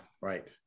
right